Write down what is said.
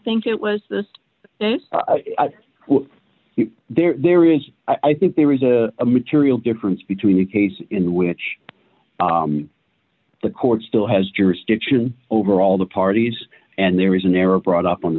think it was this this if there is i think there is a material difference between a case in which the court still has jurisdiction over all the parties and there is an error brought up on the